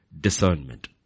discernment